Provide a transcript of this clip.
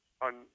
on